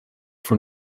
for